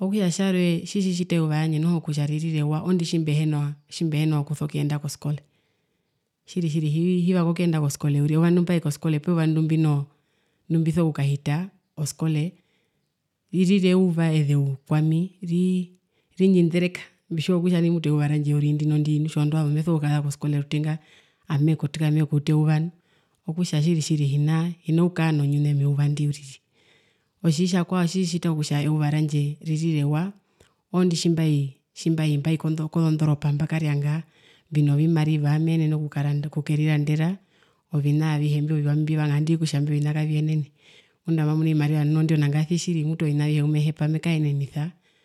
okutja tjarwe tjitjita kutja eyuva randje ririre ewa oondi tjimbihena tjimbihena okuso okuyenda koskole tjiri tjiri hivanga okuyenda koskole uriri eyuva ndimbai koskole poo eyuva ndi mbino ndumbiso okukahita oskole ririra eyuva ezeu kwami ri rindji ndereka mbitjiwa kutja nai mutu eyuva randje uriri ndinondi tjoo ndoovazu meso okukaza koskole rutenga ameku uta eyuva okutja tjiri hino okukara nonyune meyuva ndi uriri otji tjakwao tjitjita eyuva randje ririre ewa oondi tjimbai tjimbai kondoropa mba karianga mbino ovimariva meenene okukaranda okukerirandera ovina avihe imbi oviwa mbivanga andii kutja ovina kaviyenene ngunda mbamunu ovimariva ndinondi ondaasi tjiri mutu ovina avihe mbimehepa mekaenenisa